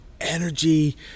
energy